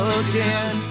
again